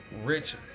rich